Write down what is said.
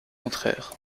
contraire